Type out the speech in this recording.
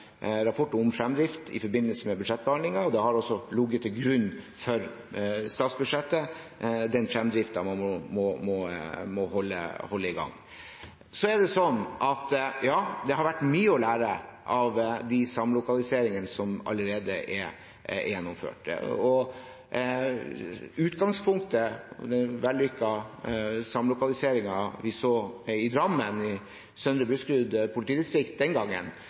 rapport om fremdrift i forbindelse med budsjettbehandlingen, og den fremdriften man må holde i gang har også ligget til grunn for statsbudsjettet . Det har vært mye å lære av de samlokaliseringene som allerede er gjennomført. Utgangspunktet for den vellykkede samlokaliseringen vi så i Drammen, i Søndre Buskerud politidistrikt den gangen,